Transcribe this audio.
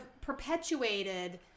perpetuated